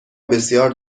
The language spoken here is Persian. بسیار